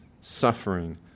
suffering